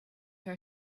for